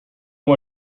one